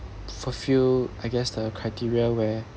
fulfill I guess the criteria where